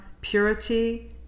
purity